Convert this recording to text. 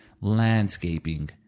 landscaping